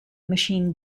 machine